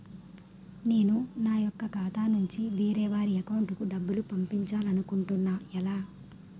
నేను నా యెక్క ఖాతా నుంచి వేరే వారి అకౌంట్ కు డబ్బులు పంపించాలనుకుంటున్నా ఎలా?